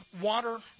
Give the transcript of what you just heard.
water